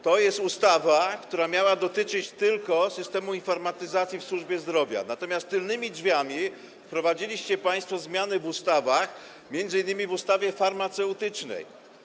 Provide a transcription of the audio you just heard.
To jest ustawa, która miała dotyczyć tylko systemu informatyzacji w służbie zdrowia, natomiast tylnymi drzwiami wprowadziliście państwo zmiany w innych ustawach, m.in. w ustawie farmaceutycznej.